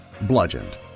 bludgeoned